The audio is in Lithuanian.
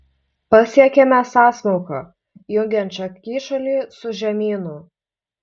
pasiekėme sąsmauką jungiančią kyšulį su žemynu